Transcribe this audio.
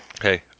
Hey